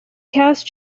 cast